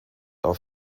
auf